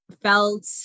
felt